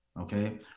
okay